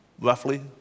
Roughly